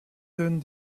donne